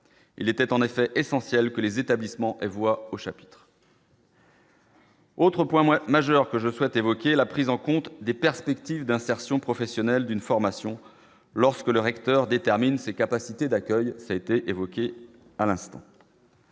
il était en effet essentiel que les établissements et voix au chapitre. Autres points moins majeur que je souhaite évoquer la prise en compte des perspectives d'insertion professionnelle d'une formation lorsque le recteur détermine ses capacités d'accueil a été évoqué à l'instant.